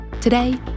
Today